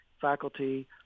faculty